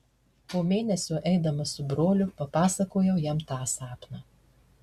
po mėnesio eidamas su broliu papasakojau jam tą sapną